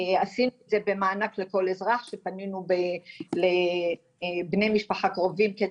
עשינו את זה במענק לכל אזרח שפנינו לבני משפחה קרובים,